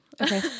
okay